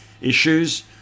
issues